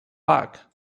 back